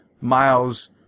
miles